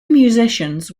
musicians